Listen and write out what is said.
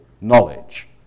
knowledge